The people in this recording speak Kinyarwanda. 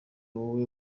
wowe